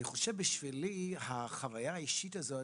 אני חושב שבשבילי החוויה האישית הזאת